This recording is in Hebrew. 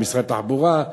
למשרד התחבורה,